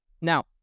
Now